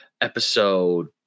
episode